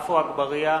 עפו אגבאריה,